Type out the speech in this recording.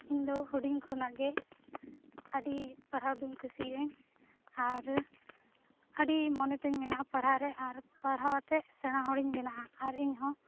ᱤᱧᱫᱚ ᱦᱩᱰᱤᱧ ᱠᱷᱚᱱᱟᱜ ᱜᱮ ᱟᱹᱰᱤ ᱯᱟᱲᱦᱟᱣᱫᱚᱧ ᱠᱩᱥᱤᱭᱟᱜᱟᱹᱧ ᱟᱨ ᱟᱹᱰᱤ ᱢᱚᱱᱮᱛᱤᱧ ᱢᱮᱱᱟᱜᱼᱟ ᱯᱟᱲᱦᱟᱜᱨᱮ ᱟᱨ ᱯᱟᱲᱦᱟᱣ ᱠᱟᱛᱮᱫ ᱥᱮᱬᱟ ᱦᱚᱲᱤᱧ ᱵᱮᱱᱟᱜᱼᱟ ᱟᱨ ᱤᱧᱦᱚᱸ